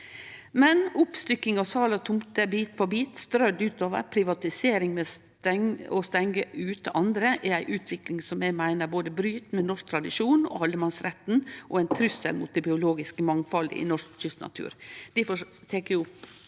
Oppstykking og sal av tomter, bit for bit, strødde utover, og privatisering med å stengje ute andre er ei utvikling som eg meiner både bryt med norsk tradisjon og allemannsretten og er ein trussel mot det biologiske mangfaldet i norsk kystnatur.